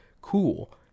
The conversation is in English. Cool